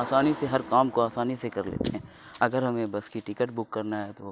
آسانی سے ہر کام کو آسانی سے کر لیتے ہیں اگر ہمیں بس کی ٹکٹ بک کرنا ہے تو